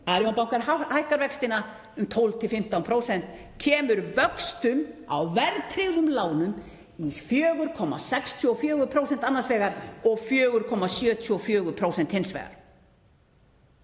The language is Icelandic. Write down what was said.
Arion banki hækkar vextina um 12–15%, kemur vöxtum á verðtryggðum lánum í 4,64% annars vegar og 4,74% hins vegar.